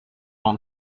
dans